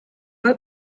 mal